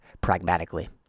pragmatically